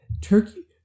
Turkey